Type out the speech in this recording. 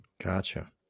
gotcha